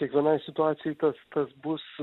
kiekvienai situacijai tas tas bus